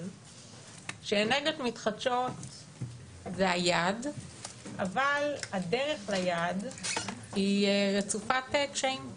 שאנרגיות מתחדשות זה היעד אבל הדרך ליעד היא רצופת קשיים.